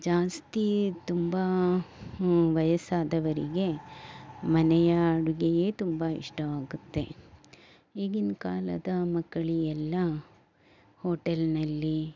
ಜಾಸ್ತಿ ತುಂಬ ವಯಸ್ಸಾದವರಿಗೆ ಮನೆಯ ಅಡುಗೆಯೇ ತುಂಬ ಇಷ್ಟವಾಗುತ್ತೆ ಈಗಿನ ಕಾಲದ ಮಕ್ಕಳಿಗೆಲ್ಲ ಹೋಟೆಲ್ನಲ್ಲಿ